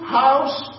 house